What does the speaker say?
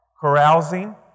Carousing